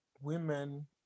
women